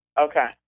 Okay